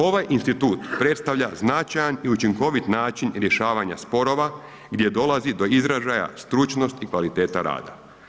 Ovaj institut predstavlja značajan i učinkovit način rješavanja sporova gdje dolazi do izražaja stručnost i kvaliteta rada.